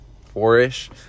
four-ish